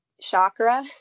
chakra